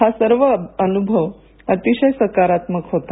हा सर्व अनुभव अतिशय सकारात्मक होता